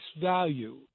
value